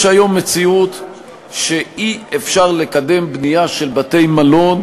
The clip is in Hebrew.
יש היום מציאות שאי-אפשר לקדם בנייה של בתי-מלון,